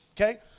Okay